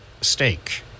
steak